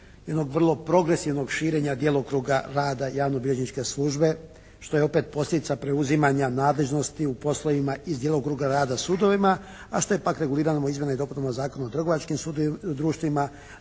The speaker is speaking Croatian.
jednog vrlo progresivnog širenja djelokruga rada javnobilježničke službe što je opet posljedica preuzimanja nadležnosti u poslovima iz djelokruga rada sudovima, a što je pak regulirano izmjenama i dopunama Zakona o trgovačkim društvima,